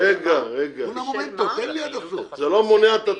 זה לא מונע את התחשיב.